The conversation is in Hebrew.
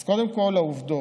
אז קודם כול העובדות.